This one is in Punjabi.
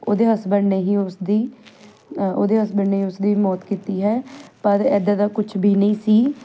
ਉਹਦੇ ਹਸਬੈਂਡ ਨੇ ਹੀ ਉਸਦੀ ਉਹਦੇ ਹਸਬੈਂਡ ਨੇ ਉਸਦੀ ਮੌਤ ਕੀਤੀ ਹੈ ਪਰ ਇੱਦਾਂ ਦਾ ਕੁਛ ਵੀ ਨਹੀਂ ਸੀ